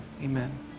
Amen